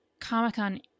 Comic-Con